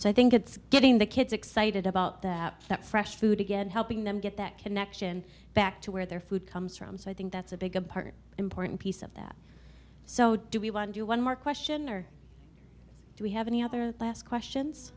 so i think it's getting the kids excited about that that fresh food again helping them get that connection back to where their food comes from so i think that's a big part important piece of that so do we want to do one more question or do we have any other last questions